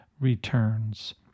returns